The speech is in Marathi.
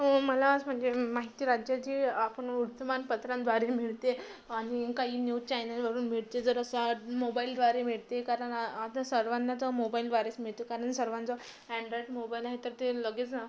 मला म्हणजे माहिती राज्यात जे आपण वर्तमानपत्रांद्वारे मिळते आणि काही न्यूज चॅनलवरून मिळते जर असा मोबाइलद्वारे भेटते कारण आता सर्वांना तर मोबाइलद्वारेच मिळते कारण सर्वांजवळ अँन्ड्रॉईड मोबाइल आहे तर ते लगेच